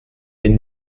wenn